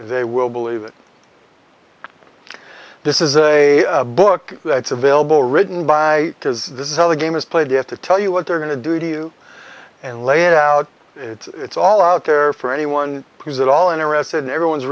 they will believe it this is a book that's available written by because this is how the game is played you have to tell you what they're going to do to you and lay it out it's all out there for anyone who's at all interested in everyone's